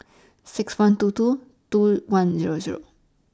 six one two two two one Zero Zero